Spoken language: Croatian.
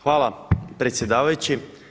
Hvala predsjedavajući.